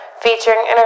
featuring